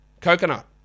Coconut